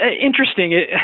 interesting